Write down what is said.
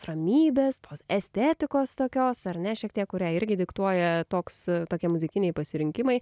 ramybės tos estetikos tokios ar ne šiek tiek kurią irgi diktuoja toks tokie muzikiniai pasirinkimai